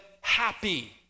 happy